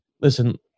listen